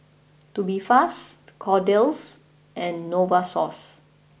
Tubifast Kordel's and Novosource